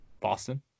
boston